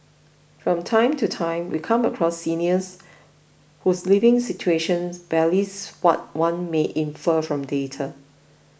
from time to time we come across seniors whose living situations belies what one may infer from data